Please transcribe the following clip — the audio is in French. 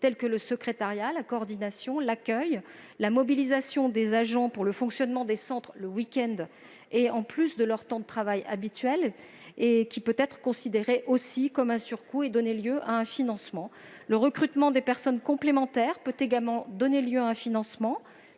tels que le secrétariat, la coordination, l'accueil, ainsi que la mobilisation des agents pour le fonctionnement des centres le week-end, en plus de leur temps de travail habituel, ce qui peut être aussi considéré comme un surcoût et donner lieu à un financement. Le recrutement de personnes complémentaires peut également donner lieu à un financement.